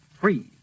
free